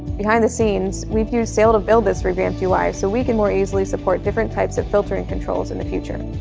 behind the scenes, we've used sail to build this revamped ui like so we can more easily support different types of filtering controls in the future.